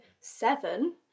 seven